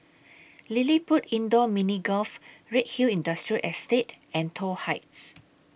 LilliPutt Indoor Mini Golf Redhill Industrial Estate and Toh Heights